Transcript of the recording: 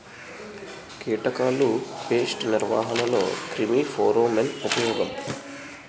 కీటకాల పేస్ట్ నిర్వహణలో క్రిమి ఫెరోమోన్ ఉపయోగం